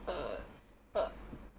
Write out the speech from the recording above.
uh uh